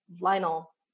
Lionel